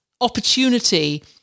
opportunity